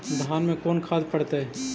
धान मे कोन खाद पड़तै?